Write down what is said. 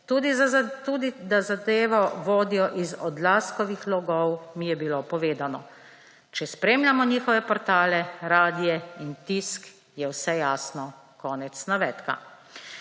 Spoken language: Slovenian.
Tudi da zadevo vodijo iz Odlazkovih logov, mi je bilo povedano. Če spremljamo njihove portale, radie in tisk, je jasno vse ...« Konec navedka.